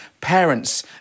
parents